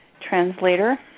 translator